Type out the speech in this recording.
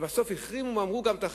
ובסוף החרימו, ואמרו: